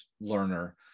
learner